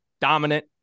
dominant